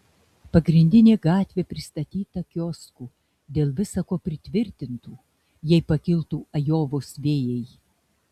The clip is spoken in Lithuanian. pagrindinė gatvė pristatyta kioskų dėl visa ko pritvirtintų jei pakiltų ajovos vėjai